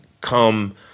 come